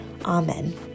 amen